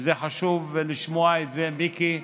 חשוב לשמוע את זה, מיקי,